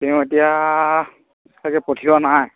তেওঁ এতিয়া চাগে পঠিওৱা নাই